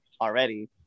already